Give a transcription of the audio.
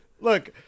look